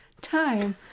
time